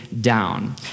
down